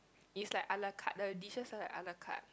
is like a-la-carte the dishes are like a-la-carte